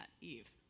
Eve